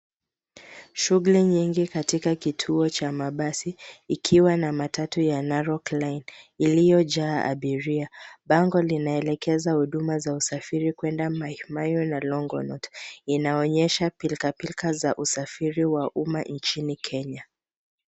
Shughuli nyingi katika kituo cha mabasi ikiwa na matatu ya Narok Line iliyojaa abiria. Bango linaelekeza huduma za usafiri kuenda Mai Mahiu na Longonot. Inaonyesha pilkapilka za usafiri wa umma nchini Kenya.